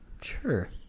sure